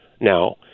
now